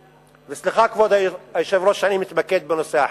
וסליחה, כבוד היושב-ראש, שאני מתמקד בנושא החינוך,